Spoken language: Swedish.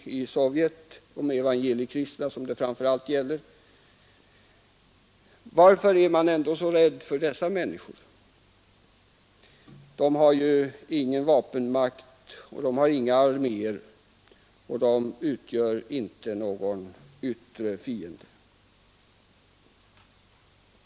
— Det är framför allt de evangeliekristna det gäller. De har ju ingen vapenmakt och inga arméer, och de utgör inte någon yttre fiende.